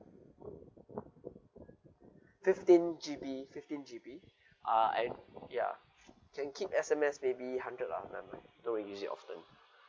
fifteen G_B fifteen G_B uh and ya can keep S_M_S maybe hundred lah my my I don't really use it often